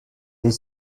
est